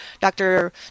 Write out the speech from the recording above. Dr